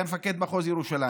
שהיה מפקד מחוז ירושלים,